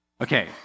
Okay